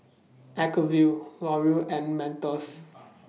Acuvue L'Oreal and Mentos